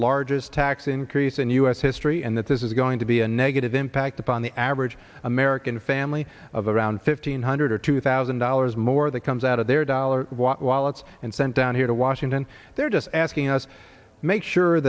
largest tax increase in u s history and that this is going to be a negative impact upon the average american family of a around fifteen hundred or two thousand dollars more that comes out of their dollar while it's and sent down here to washington they're just asking us to make sure